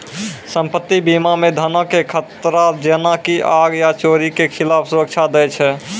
सम्पति बीमा मे धनो के खतरा जेना की आग या चोरी के खिलाफ सुरक्षा दै छै